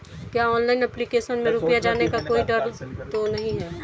क्या online application में रुपया जाने का कोई डर तो नही है?